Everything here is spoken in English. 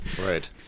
Right